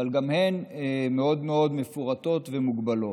אבל גם הן מאוד מפורטות ומוגבלות.